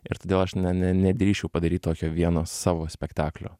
ir todėl aš ne ne nedrįsčiau padaryt tokio vieno savo spektaklio